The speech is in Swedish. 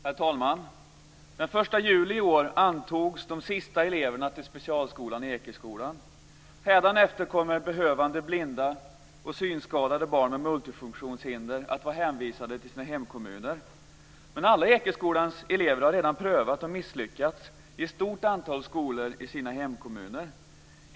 Herr talman! Den 1 juli i år antogs de sista eleverna till specialskolan Ekeskolan. Hädanefter kommer behövande blinda och synskadade barn med multifunktionshinder att vara hänvisade till sina hemkommuner. Men alla Ekeskolans elever har redan prövats och misslyckats i ett stort antal skolor i sina hemkommuner.